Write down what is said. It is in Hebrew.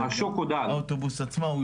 וגם מבחינת האוטובוס עצמו,